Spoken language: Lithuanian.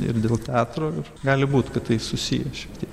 ir dėl teatro ir gali būt kad tai susiję šiek tiek